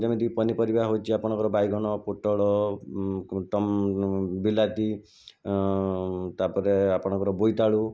ଯେମିତି କି ପନିପରିବା ହେଉଛି ଆପଣଙ୍କର ବାଇଗଣ ପୋଟଳ ବିଲାତି ତା ପରେ ଆପଣଙ୍କର ବୋଇତାଳୁ